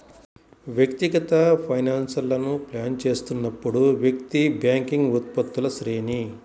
వ్యక్తిగత ఫైనాన్స్లను ప్లాన్ చేస్తున్నప్పుడు, వ్యక్తి బ్యాంకింగ్ ఉత్పత్తుల శ్రేణి